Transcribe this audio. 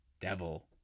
Devil